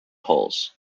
holes